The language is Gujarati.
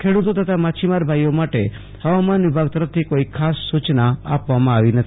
ખેડૂતો તથા માછીમારભાઈઓ માટે હવામાન વિભાગ તરફથી કોઈ વિશેષ સૂચના આપવામાં આવી નથી